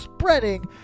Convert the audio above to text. spreading